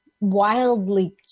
wildly